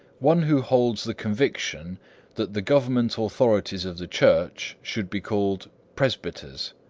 one who holds the conviction that the government authorities of the church should be called presbyters.